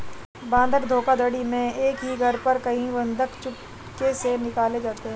बंधक धोखाधड़ी में एक ही घर पर कई बंधक चुपके से निकाले जाते हैं